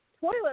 toilet